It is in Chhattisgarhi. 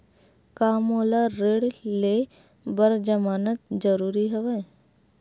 का मोला ऋण ले बर जमानत जरूरी हवय?